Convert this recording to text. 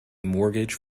mortgage